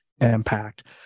impact